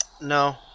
No